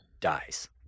dies